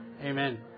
Amen